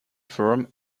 firm